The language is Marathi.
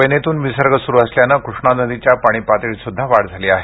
कोयनेतून विसर्ग सुरू असल्याने कृष्णा नदीच्या पाणी पातळीत सुद्धा वाढ झाली आहे